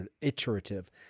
iterative